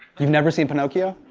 you've never seen pinocchio?